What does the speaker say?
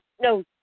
No